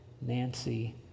Nancy